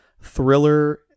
thriller